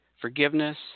forgiveness